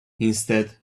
instead